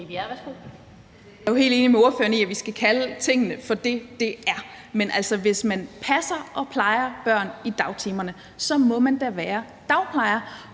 Jeg er jo helt enig med ordføreren i, at vi skal kalde tingene for det, de er. Men hvis man passer og plejer børn i dagtimerne, må man da være dagplejer.